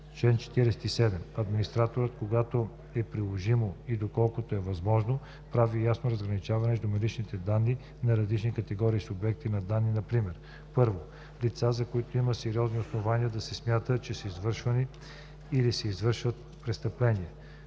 Чл. 47. Администраторът, когато е приложимо и доколкото е възможно, прави ясно разграничение между личните данни на различни категории субекти на данни, например: 1. лица, за които има сериозни основания да се смята, че са извършили или ще извършат престъпление;